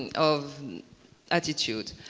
and of attitude.